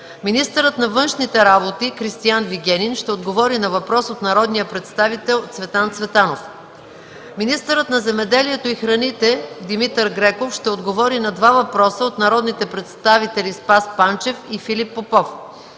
Министърът на външните работи Кристиан Вигенин ще отговори на въпрос от народния представител Цветан Цветанов. Министърът на земеделието и храните Димитър Греков ще отговори на два въпроса от народните представители Спас Панчев и Филип Попов.